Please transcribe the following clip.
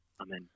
Amen